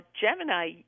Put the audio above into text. Gemini